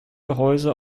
gehäuse